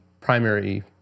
primary